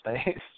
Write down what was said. space